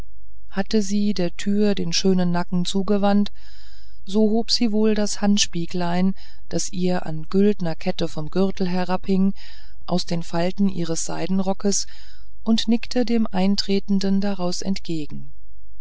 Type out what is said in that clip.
hatte sie der tür den schönen nacken zugewandt so hob sie wohl das handspieglein das ihr an güldner kette vom gürtel herabhing aus den falten ihres seidenrockes und nickte dem eintretenden daraus entgegen